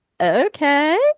okay